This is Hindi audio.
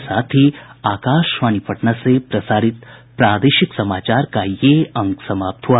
इसके साथ ही आकाशवाणी पटना से प्रसारित प्रादेशिक समाचार का ये अंक समाप्त हुआ